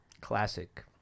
classic